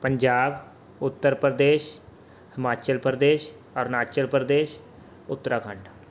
Punjab Uttar Pradesh Himachal Pradesh Arunachal Pradesh Uttarakhand